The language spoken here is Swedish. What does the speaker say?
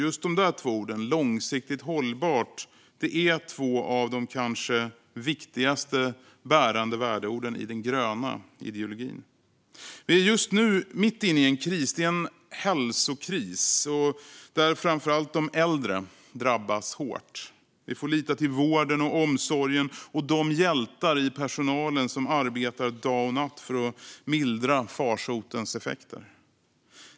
Just de två orden - långsiktigt hållbart - är två av de kanske viktigaste bärande värdeorden i den gröna ideologin. Vi är just nu mitt inne i en kris. Det är en hälsokris där framför allt de äldre drabbas hårt. Vi får lita till vården och omsorgen och de hjältar i personalen som arbetar dag och natt för att mildra farsotens effekter.